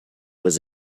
was